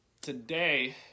Today